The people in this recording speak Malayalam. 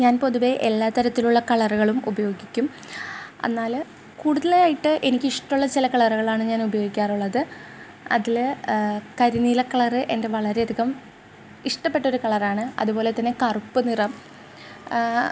ഞാന് പൊതുവേ എല്ലാത്തരത്തിലുള്ള കളറുകളും ഉപയോഗിക്കും എന്നാൽ കൂടുതലായിട്ട് എനിക്കിഷ്ടവുള്ള ചില കളറുകളാണ് ഞാന് ഉപയോഗിക്കാറുള്ളത് അതിൽ കരിനീല കളറ് എന്റെ വളരെയധികം ഇഷ്ടപ്പെട്ടൊരു കളറാണ് അതുപോലെത്തന്നെ കറുപ്പ് നിറം